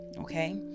okay